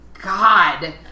God